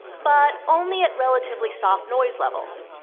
but only at relatively soft noise levels.